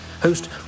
Host